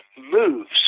moves